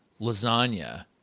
lasagna